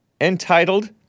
entitled